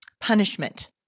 punishment